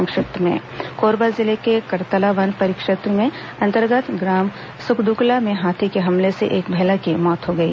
संक्षिप्त समाचार कोरबा जिले के करतला वन परिक्षेत्र के अंतर्गत ग्राम सकद्दकला में हाथी के हमले से एक महिला की मौत हो गई